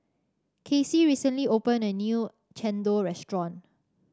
Kacie recently opened a new chendol restaurant